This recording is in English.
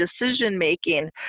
decision-making